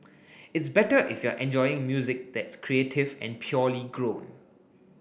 it's better if you're enjoying music that's creative and purely grown